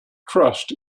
trust